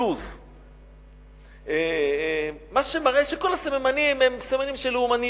Jews מה שמראה שכל הסממנים הם לאומניים.